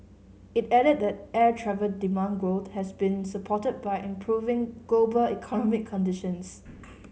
it added that air travel demand growth has been supported by improving global economic conditions